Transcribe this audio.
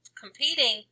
competing